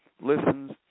listens